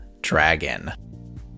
Dragon